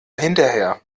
hinterher